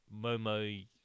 Momo